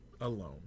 alone